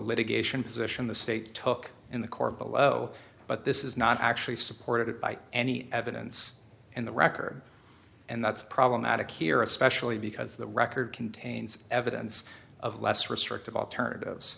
litigation position the state took in the court below but this is not actually supported by any evidence in the record and that's problematic here especially because the record contains evidence of less restrictive alternatives